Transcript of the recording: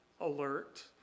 alert